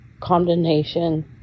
condemnation